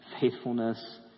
faithfulness